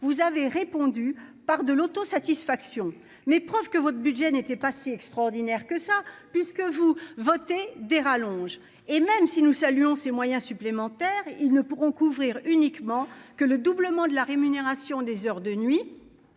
vous avez répondu par de l'autosatisfaction mais preuve que votre budget n'était pas si extraordinaire que ça puisque vous votez des rallonges et même si nous saluons ces moyens supplémentaires, ils ne pourront couvrir uniquement que le doublement de la rémunération des heures de nuit